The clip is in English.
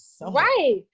right